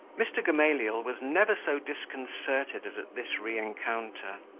mr. gamaliel was never so disconcerted as at this reencounter.